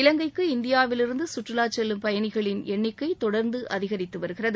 இலங்கைக்கு இந்தியாவிலிருந்து சுற்றுவாச் செல்லும் பயணிகளின் எண்ணிக்கை தொடர்ந்து அதிகரித்து வருகிறது